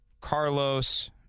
Carlos